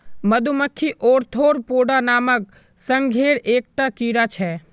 मधुमक्खी ओर्थोपोडा नामक संघेर एक टा कीड़ा छे